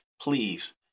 Please